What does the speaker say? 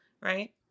right